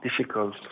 difficult